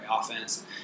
offense